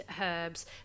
herbs